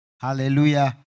hallelujah